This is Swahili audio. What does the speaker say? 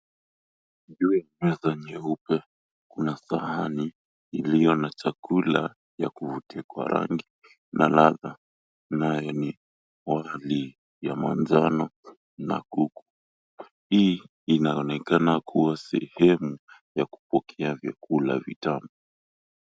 Juu ya meza nyeupe kuna sahani iliyo na chakula ya kuvutia kwa rangi na ladha nayo ni wali ya manjano na kuku. Hii inaonekana kuwa sehemu ya kupokea vyakula vitamu.